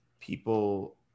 people